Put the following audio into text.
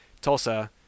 Tulsa